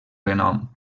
renom